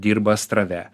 dirba astrave